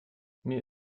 mir